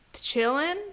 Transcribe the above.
chilling